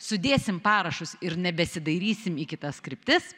sudėsim parašus ir nebesidairysime į kitas kryptis